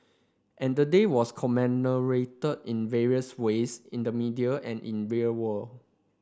and the day was commemorated in various ways in the media and in real world